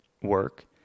work